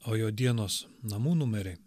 o jo dienos namų numeriai